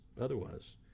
otherwise